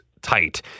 tight